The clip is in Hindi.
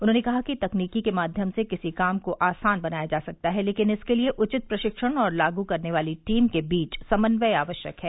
उन्होंने कहा कि तकनीकी के माध्यम से किसी भी काम को आसान बनाया जा सकता है लेकिन इसके लिये उचित प्रशिक्षण और लागू करने वाली टीम के बीच समन्वय आवश्यक है